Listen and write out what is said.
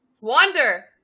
Wander